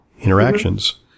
interactions